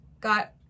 Got